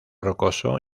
rocoso